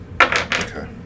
Okay